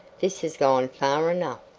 this has gone far enough.